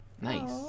Nice